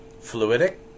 fluidic